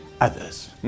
others